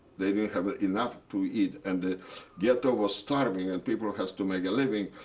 they didn't have enough to eat. and the ghetto was starving, and people has to make a living.